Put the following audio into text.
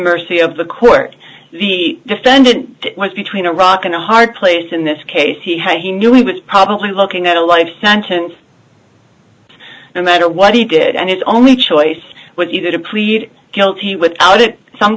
mercy of the court the defendant was between a rock and a hard place in this case he had he knew he was probably looking at a life sentence no matter what he did and it only choice was either to create a guilty without it some